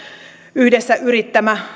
yhdessä yrittämä